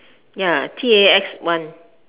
ya T A X one